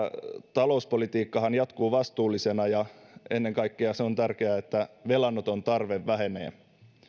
talouspolitiikkahan jatkuu vastuullisena ja ennen kaikkea se on tärkeää että velanoton tarve vähenee